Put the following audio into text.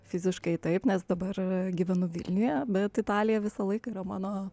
fiziškai taip nes dabar gyvenu vilniuje bet italija visą laiką yra mano